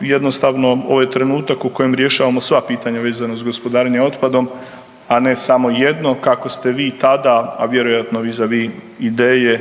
Jednostavno, ovo je trenutak u kojem rješavamo sva pitanja vezano s gospodarenjem otpadom, a ne samo jedno kako ste vi tada, a vjerojatno vizavi ideje